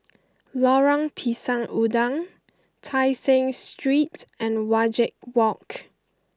Lorong Pisang Udang Tai Seng Street and Wajek Walk